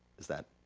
is that?